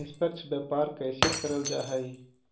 निष्पक्ष व्यापार कइसे करल जा हई